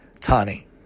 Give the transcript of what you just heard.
Tani